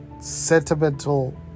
sentimental